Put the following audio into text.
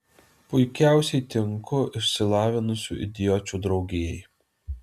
puikiausiai tinku išsilavinusių idiočių draugijai